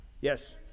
Yes